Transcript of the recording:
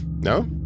No